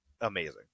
amazing